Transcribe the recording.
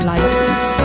License